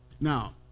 Now